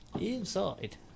Inside